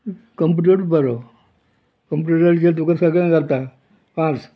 कंप्युटरूच बरो कंप्युटर जे तुका सगळें जाता फास्ट